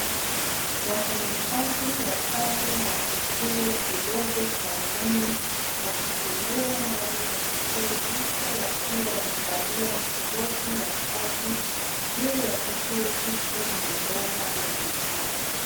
Wafanyikazi watano wa kituo kidogo cha umeme wakitembea ndani ya kituo hicho wakiwa wamevalia makoti ya kazi. Juu ya kituo hicho ni mabomba ya metali.